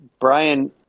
Brian